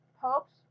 Popes